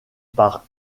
par